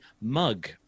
mug